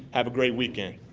have a great weekend.